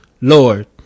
Lord